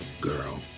girl